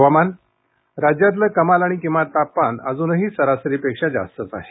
हवामान राज्यातलं कमाल आणि किमान तापमान अजूनही सरासरीपेक्षा जास्तच आहे